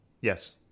yes